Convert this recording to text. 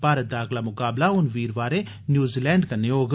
भारत दा अगला मुकाबला हून वीरवारें न्यूजीलैंड कन्नै होग